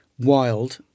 wild